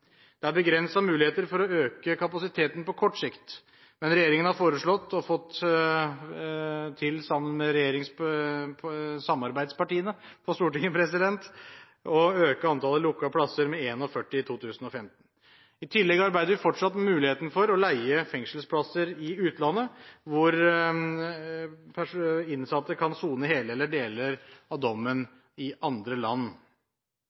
Det er begrensede muligheter for å øke kapasiteten på kort sikt, men regjeringen har foreslått – og fått til, sammen med samarbeidspartiene på Stortinget – å øke antallet lukkede plasser med 41 i 2015. I tillegg arbeider vi fortsatt med muligheten for å leie fengselsplasser i utlandet, hvor innsatte kan sone hele eller deler av dommen i andre land.